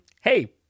hey